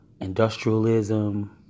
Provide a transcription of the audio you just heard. industrialism